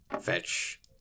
fetch